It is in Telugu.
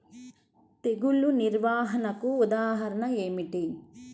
తెగులు నిర్వహణకు ఉదాహరణలు ఏమిటి?